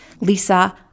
Lisa